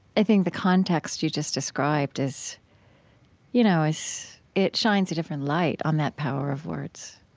i think the context you just described is you know is it shines a different light on that power of words.